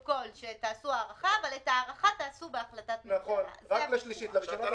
ראש הממשלה החליפי, תנו